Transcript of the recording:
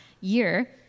year